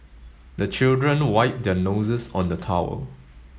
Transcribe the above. the children wipe their noses on the towel